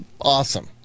awesome